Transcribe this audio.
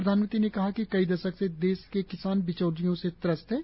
प्रधानमंत्री ने कहा कि कई दशकों से देश के किसान बिचौलियों से त्रस्त थे